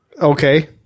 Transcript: Okay